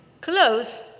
close